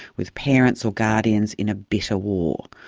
with parents or guardians in a bitter war.